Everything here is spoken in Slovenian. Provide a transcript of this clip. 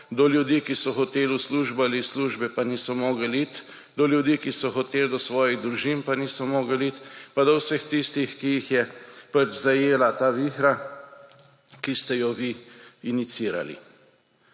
do ljudi, ki so hoteli v službo ali iz službe, pa niso mogli iti, do ljudi, ki so hoteli do svojih družin, pa niso mogli iti, pa do vseh tistih, ki jih je pač zajela ta vihra, ki ste jo vi injicirali.